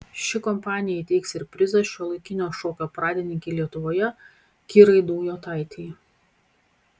ši kompanija įteiks ir prizą šiuolaikinio šokio pradininkei lietuvoje kirai daujotaitei